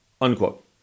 unquote